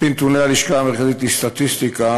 על-פי נתוני הלשכה המרכזית לסטטיסטיקה,